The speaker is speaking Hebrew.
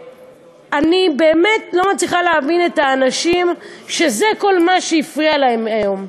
ואני באמת לא מצליחה להבין את האנשים שזה כל מה שהפריע להם היום.